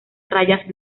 rayas